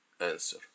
answer